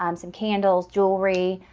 um some candles jewelry,